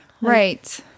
Right